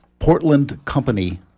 PortlandCompany